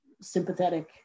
sympathetic